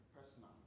personal